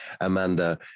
amanda